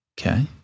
Okay